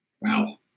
Wow